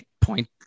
Point